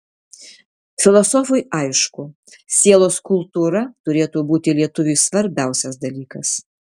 filosofui aišku sielos kultūra turėtų būti lietuviui svarbiausias dalykas